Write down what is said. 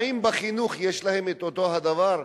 האם בחינוך יש להם אותו הדבר?